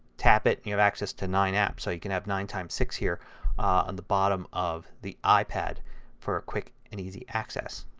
tap it and you have access to nine apps. so you can have nine times six here on the bottom of the ah ipad for quick and easy access.